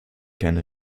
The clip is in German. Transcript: keine